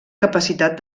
capacitat